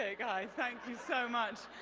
ah guys, thank you so much.